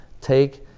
take